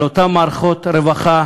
על אותן מערכות הרווחה